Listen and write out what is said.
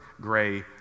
Gray